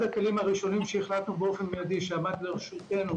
אחד הכלים הראשונים שהחלטנו באופן מידי שעמד לרשותנו